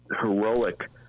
heroic